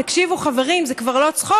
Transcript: תקשיבו, חברים, זה כבר לא צחוק.